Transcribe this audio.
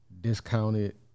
discounted